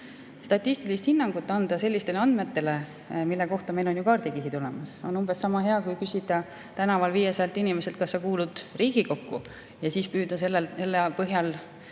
statistilist hinnangut sellistele andmetele, mille kohta meil on kaardikihid olemas, on umbes sama hea kui küsida tänaval 500 inimeselt, kas sa kuulud Riigikokku, ja siis püüda selle põhjal